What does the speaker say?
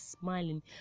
smiling